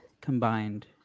combined